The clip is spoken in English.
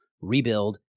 Rebuild